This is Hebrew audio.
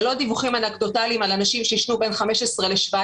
לא מבוסס על דיווחים אנקדוטליים של אנשים שעישנו בין 15 ל-17.